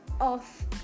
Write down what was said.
off